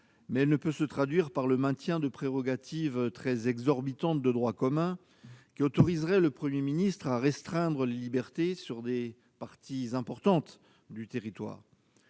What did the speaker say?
mais elle ne peut se traduire par le maintien de prérogatives très exorbitantes du droit commun, qui autoriseraient le Premier ministre à restreindre les libertés sur des parties importantes du territoire.